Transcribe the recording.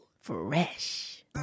Fresh